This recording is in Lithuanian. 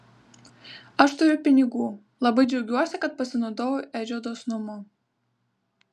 aš turiu pinigų labai džiaugiuosi kad pasinaudojau edžio dosnumu